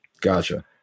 Gotcha